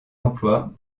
emplois